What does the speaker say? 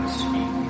speak